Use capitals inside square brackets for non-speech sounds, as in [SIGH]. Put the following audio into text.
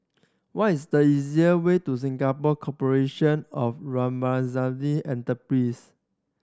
what is the easier way to Singapore Corporation of [UNINTELLIGIBLE] Enterprise